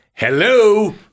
hello